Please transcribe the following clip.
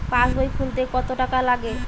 পাশবই খুলতে কতো টাকা লাগে?